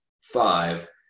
five